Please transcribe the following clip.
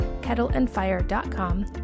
kettleandfire.com